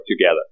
together